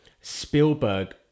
Spielberg